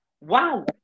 wow